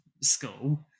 school